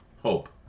Hope